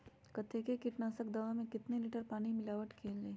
कतेक किटनाशक दवा मे कितनी लिटर पानी मिलावट किअल जाई?